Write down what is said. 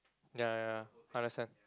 ya ya understand